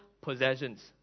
possessions